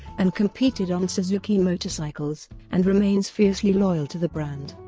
and competed on suzuki motorcycles, and remains fiercely loyal to the brand.